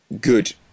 good